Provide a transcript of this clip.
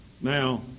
Now